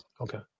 Okay